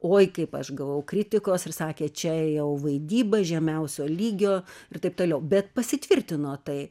oi kaip aš gavau kritikos ir sakė čia jau vaidyba žemiausio lygio ir taip toliau bet pasitvirtino tai